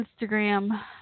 Instagram